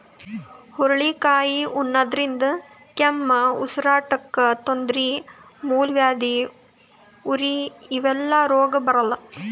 ಹುರಳಿಕಾಯಿ ಉಣಾದ್ರಿನ್ದ ಕೆಮ್ಮ್, ಉಸರಾಡಕ್ಕ್ ತೊಂದ್ರಿ, ಮೂಲವ್ಯಾಧಿ, ಉರಿ ಇವೆಲ್ಲ ರೋಗ್ ಬರಲ್ಲಾ